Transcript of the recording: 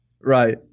Right